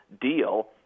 deal